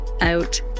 out